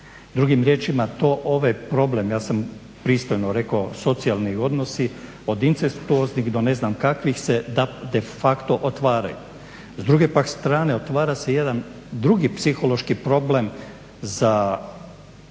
Drugim riječima, to ove probleme, ja sam pristojno rekao socijalni odnosi od incestuoznih do ne znam kakvih se de facto otvaraju. S druge pak strane otvara se jedan drugi psihološki problem za